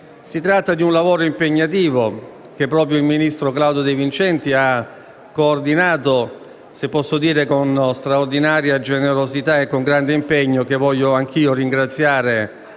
Si tratta di un lavoro impegnativo, che proprio il ministro Claudio De Vincenti ha coordinato con straordinaria generosità e con grande impegno. Lo voglio quindi ringraziare